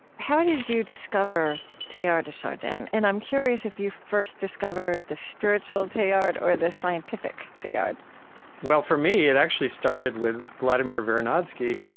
how did you discover teilhard de chardin? and i'm curious if you first discovered the spiritual teilhard or the scientific teilhard well, for me, it actually started with vladimir vernadsky,